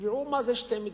יקבעו מה זה שתי מדינות.